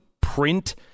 print